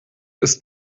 ist